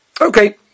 okay